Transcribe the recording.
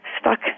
stuck